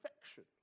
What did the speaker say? perfection